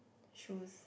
shoes